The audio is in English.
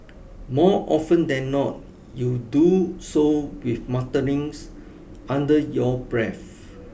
more often than not you do so with mutterings under your breath